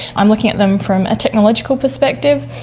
i'm looking at them from a technological perspective.